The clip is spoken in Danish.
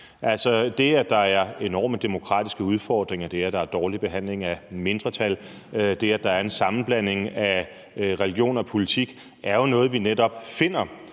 det, at der er enorme demokratiske udfordringer, det, at der er dårlig behandling af mindretal, det, at der er en sammenblanding af religion og politik, er jo noget, vi netop finder